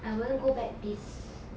I wouldn't go back this